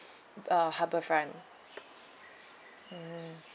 uh harbourfront mmhmm